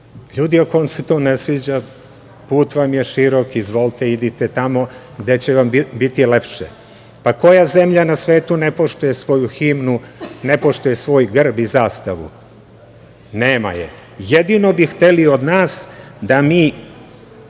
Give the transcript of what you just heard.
ljudi ako vam se to ne sviđa, put vam je širok, izvolite idite tamo gde će vam biti lepše. Pa, koja zemlja na svetu ne poštuje svoju himnu, ne poštuje svoj grb i zastavu? Nema je. Jedino bi hteli od nas da mi